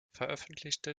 veröffentlichte